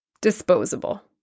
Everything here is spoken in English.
Disposable